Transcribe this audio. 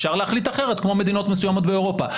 אפשר להחליט אחרת, כמו מדינות מסוימות באירופה.